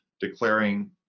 declaring